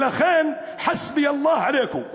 ולכן, חסבי אללה עליכם.